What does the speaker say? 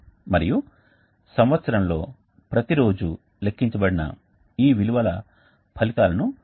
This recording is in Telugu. మరియు సంవత్సరంలో ప్రతి రోజు లెక్కించబడిన ఈ విలువల ఫలితాలను మనం చూడగలుగుతాము